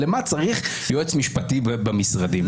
למה צריך יועץ משפטי במשרדים?